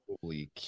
holy